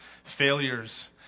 failures